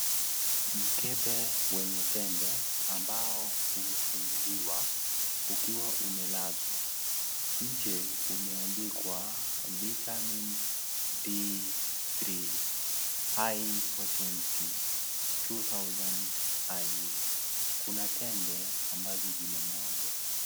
Mkebe wenye tembe ambao umefunguliwa ukiwa umelazwa nje umeandikwa vitamin D3 high pontency 2000iu kuna tembe ambazo zimemwagwa.